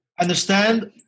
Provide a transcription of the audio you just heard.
Understand